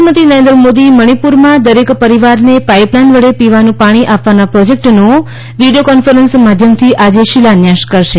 પ્રધાનમંત્રી નરેન્દ્ર મોદી મણિપુરમાં દરેક પરિવારને પાઇપલાઇન વડે પીવાનું પાણી આપવાના પ્રોજેક્ટનો વીડિયો કોન્ફરન્સ માધ્યમથી આજે શિલાન્યાસ કરશે